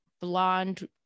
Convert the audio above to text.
blonde